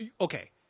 okay